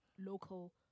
local